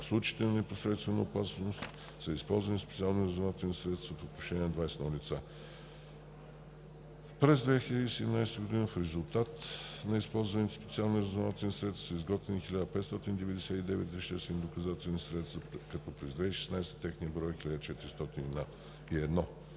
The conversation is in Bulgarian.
случаите на непосредствена опасност са използвани специални разузнавателни средства по отношение на 21 лица. През 2017 г. в резултат на използваните специални разузнавателни средства са изготвени 1599 веществени доказателствени средства, като през 2016 г. техният брой е 1401.